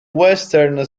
western